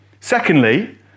Secondly